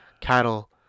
cattle